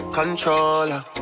controller